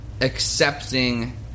accepting